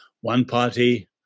one-party